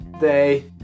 day